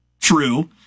true